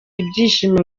ibyishimo